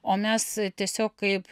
o mes tiesiog kaip